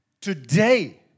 today